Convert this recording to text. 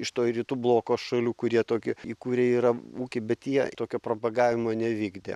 iš toj rytų bloko šalių kurie tokį įkūrę yra ūkį bet jie tokio propagavimo nevykdė